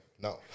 no